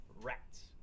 Rats